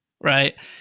right